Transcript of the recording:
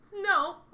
No